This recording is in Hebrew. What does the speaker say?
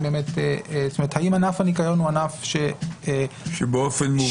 ענף הניקיון הוא ענף -- שבאופן מובהק.